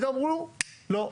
פתאום אמרו: לא,